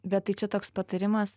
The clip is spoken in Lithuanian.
bet tai čia toks patarimas